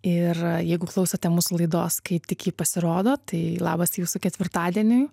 ir jeigu klausote mūsų laidos kai tik ji pasirodo tai labas jūsų ketvirtadieniui